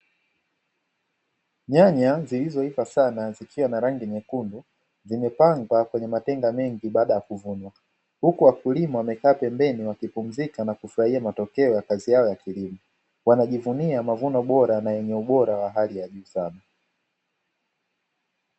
Nyanya zilizoiva sana zikiwa na rangi nyekundu, zimepangwa kwenye matenga mengi baada ya kuvunwa, huku wakulima wamekaa pembeni wakipumzika na kufurahia matokeo ya kazi yao ya kilimo. Wanajivunia mavuno bora na yenye ubora wa hali ya juu sana.